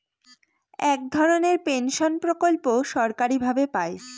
এক ধরনের পেনশন প্রকল্প সরকারি ভাবে পাই